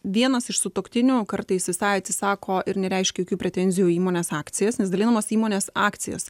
vienas iš sutuoktinių kartais visai atsisako ir nereiškia jokių pretenzijų į įmonės akcijas nes dalinamos įmonės akcijas